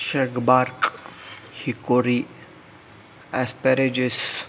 shagbark hickory asparagus